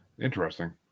Interesting